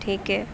ٹھیک ہے